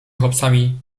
chłopcami